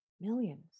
millions